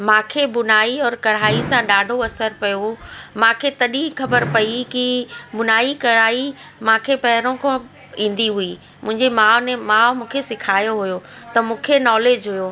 मांखे बुनाई और कढ़ाई सां ॾाढो असरु पियो मांखे तॾहिं ही ख़बर पेई कि बुनाई कढ़ाई मांखे पहिरियों खां ईंदी हुई मुंहिंजी माउ अने माउ मूंखे सिखारियो हुओ त मूंखे नॉलेज हुओ